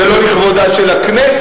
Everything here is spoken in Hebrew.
זה לא לכבודה של הכנסת.